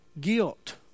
guilt